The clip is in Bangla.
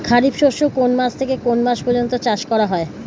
খারিফ শস্য কোন মাস থেকে কোন মাস পর্যন্ত চাষ করা হয়?